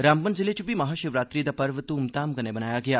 रामबन जिले च बी महाशिवरात्रि दा पर्व धूम धाम कन्नै मनाया गेआ